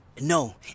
No